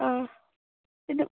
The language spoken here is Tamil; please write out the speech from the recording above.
ஆ இது